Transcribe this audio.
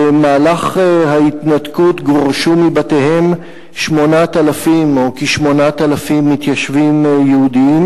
במהלך ההתנתקות גורשו מבתיהם כ-8,000 מתיישבים יהודים,